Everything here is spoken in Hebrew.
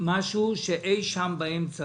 משהו שהוא אי-שם באמצע.